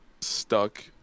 stuck